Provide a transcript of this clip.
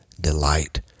delight